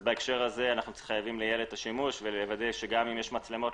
בהקשר הזה אנחנו חייבים לייעל את השימוש ולוודא שגם אם יש מצלמות,